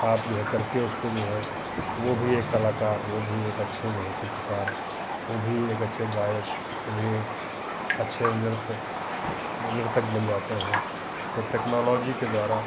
आप जो है करके उसको जो है वह भी एक कलाकार वह भी एक अच्छे जो है चित्रकार वह भी एक अच्छे गायक वह भी एक अच्छे नृत्य नर्तक बन जाते हैं तो टेक्नोलॉजी के द्वारा